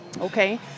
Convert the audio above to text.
okay